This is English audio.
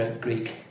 Greek